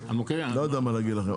לא יודע מה להגיד לכם.